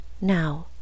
now